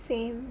same